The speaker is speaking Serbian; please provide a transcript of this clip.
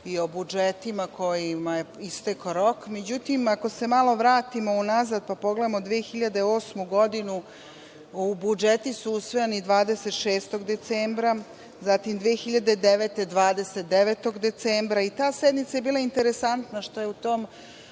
i o budžetima kojima je istekao rok. Međutim, ako se malo vratimo unazad, pa pogledamo 2008. godinu, budžeti su usvajani 26. decembra, zatim 2009. godine 29. decembra, i ta sednica je bila interesantna što je tom